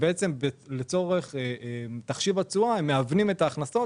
לצורך תחשיב התשואה רואים את ההכנסות